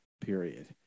period